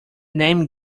name